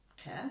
Okay